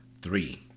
three